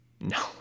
No